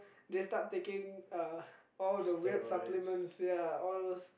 they start taking uh all the weird supplements ya all those